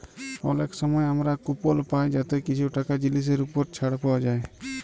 অলেক সময় আমরা কুপল পায় যাতে কিছু টাকা জিলিসের উপর ছাড় পাউয়া যায়